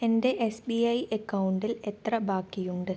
എൻ്റെ S B I അക്കൗണ്ടിൽ എത്ര ബാക്കിയുണ്ട്